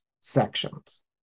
sections